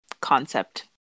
concept